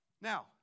now